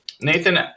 Nathan